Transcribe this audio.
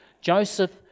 Joseph